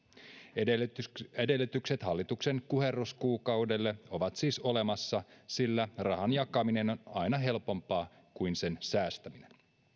edellytykset edellytykset hallituksen kuherruskuukaudelle ovat siis olemassa sillä rahan jakaminen on aina helpompaa kuin sen säästäminen